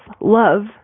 love